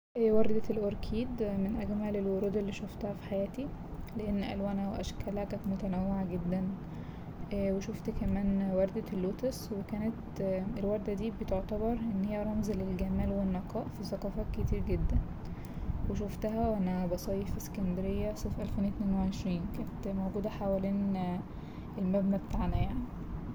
وردة الأوركيد من أجمل الورود اللي شوفتها في حياتي لأن ألوانها وأشكالها كانت متنوعة جدا وشوفت كمان وردة اللوتس وكانت الوردة دي بتعتبر إن هي رمز للجمال والنقاء في ثقافات كتير جدا، وشوفتها وأنا بصيف في إسكندرية صيف ألفين اتنين وعشرين كانت موجودة حوالين المبنى بتاعنا يعني.